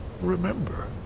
Remember